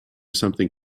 something